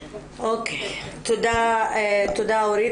תודה אורית,